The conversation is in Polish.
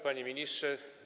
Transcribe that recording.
Panie Ministrze!